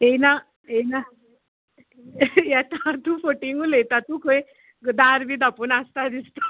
येना येना येता तूं फटींग उलयता तूं खंय दार बी धांपून आसता दिसता